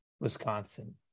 Wisconsin